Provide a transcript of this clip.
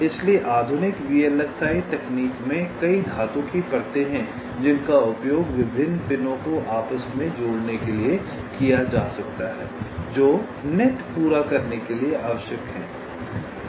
इसलिए आधुनिक वीएलएसआई तकनीक में कई धातु की परतें हैं जिनका उपयोग विभिन्न पिनों को आपस में जोड़ने के लिए किया जा सकता है जो नेट पूरा करने के लिए आवश्यक हैं